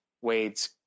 Wade's